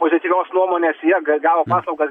pozityvios nuomonės jie gavo paslaugas